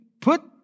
put